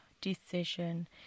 decision